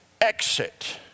exit